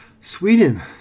Sweden